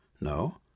No